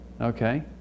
Okay